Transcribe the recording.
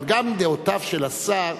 אבל גם דעותיו של השר,